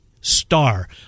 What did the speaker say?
star